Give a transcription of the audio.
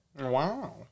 Wow